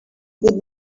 good